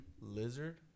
Lizard